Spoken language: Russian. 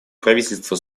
правительство